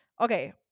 Okay